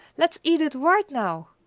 let's eat it right now!